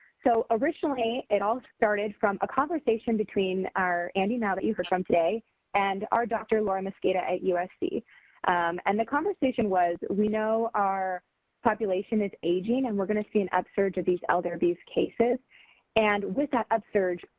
so originally it all started from a conversation between andy mao that you heard from today and our dr. laura mosqueda at usc and the conversation was we know our population is aging and we're going to see an upsurge of these elder abuse cases and with that upsurge,